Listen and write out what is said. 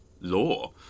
law